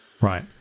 right